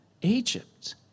Egypt